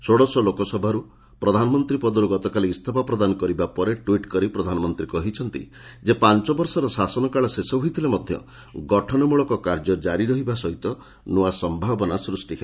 ଷୋଡ଼ଶ ଲୋକସଭାରୁ ପ୍ରଧାନମନ୍ତ୍ରୀ ପଦରୁ ଗତକାଲି ଇସ୍ତଫା ପ୍ରଦାନ କରିବା ପରେ ଟ୍ୱିଟ୍ କରି ପ୍ରଧାନମନ୍ତ୍ରୀ କହିଛନ୍ତି ଯେ ପାଞ୍ଚବର୍ଷର ଶାସନକାଳ ଶେଷ ହୋଇଥିଲେ ମଧ୍ୟ ଗଠନମୂଳକ କାର୍ଯ୍ୟ ଜାରି ରହିବା ସହିତ ନ୍ତ୍ରଆ ସମ୍ଭାବନା ସୃଷ୍ଟି ହେବ